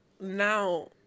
now